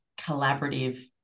collaborative